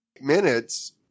minutes